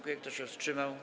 Kto się wstrzymał?